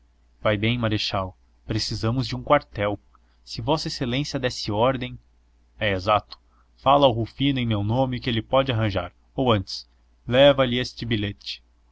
vai bem marechal precisamos de um quartel se vossa excelência desse ordem é exato fala ao rufino em meu nome que ele pode arranjar ou antes leva-lhe este bilhete